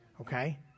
okay